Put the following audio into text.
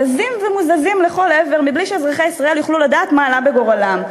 זזים ומוזזים לכל עבר בלי שאזרחי ישראל יוכלו לדעת מה עלה בגורלם,